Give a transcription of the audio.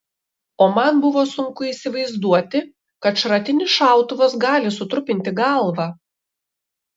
o man buvo sunku įsivaizduoti kad šratinis šautuvas gali sutrupinti galvą